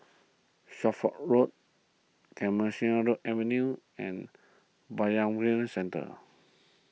Suffolk Road Clemenceau Avenue and Bayanihan Centre